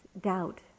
doubt